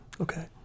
Okay